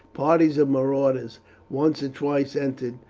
parties of marauders once or twice entered,